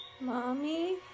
Mommy